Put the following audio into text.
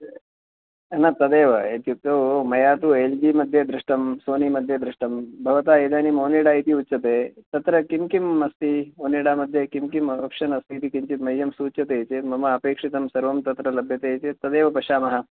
न तदेव इत्युक्तौ मया तु एल् जि मध्ये दृष्टं सोनि मध्ये दृष्टं भवता इदानीम् ओनिडा इति उच्यते तत्र किं किम् अस्ति ओनिडा मध्ये किं किम् आप्शन् अस्तीति किञ्चित् मह्यं सूच्यते चेत् मम अपेक्षितं सर्वं तत्र लभ्यते चेत् तदेव पश्यामः